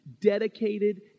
dedicated